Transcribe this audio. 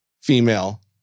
female